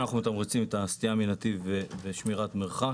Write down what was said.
אנחנו מתמרצים היום את הסטייה מנתיב ושמירת מרחק.